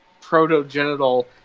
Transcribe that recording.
proto-genital